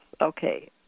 Okay